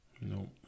No